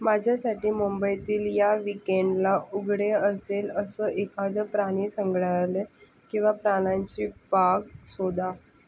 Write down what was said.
माझ्यासाठी मुंबईतील या वीकेंडला उघडे असेल असं एखादं प्राणी संग्रहालय किंवा प्राण्यांची बाग शोधा